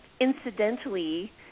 incidentally